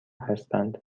هستند